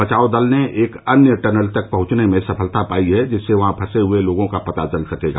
बचाव दल ने एक अन्य टनल तक पहंचने में सफलता पाई है जिससे वहां फंसे हए लोगों का पता चल सकेगा